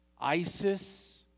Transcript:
ISIS